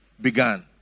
began